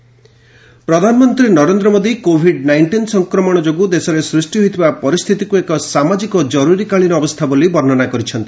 PM discussion ପ୍ରଧାନମନ୍ତ୍ରୀ Narendra Modi covid nineteen ସଂକ୍ରମଣ ଯୋଗୁଁ ଦେଶରେ ସୃଷ୍ଟି ହୋଇଥିବା ପରିସ୍ଥିତିକୁ ଏକ ସାମାଜିକ ଜରୁରିକାଳୀନ ଅବସ୍ଥା ବୋଲି ବର୍ଷ୍ଣନା କରିଛନ୍ତି